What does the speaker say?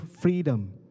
freedom